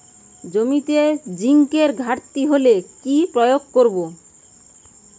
জমিতে জিঙ্কের ঘাটতি হলে কি প্রয়োগ করব?